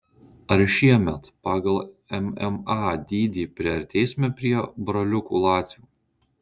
ar šiemet pagal mma dydį priartėsime prie braliukų latvių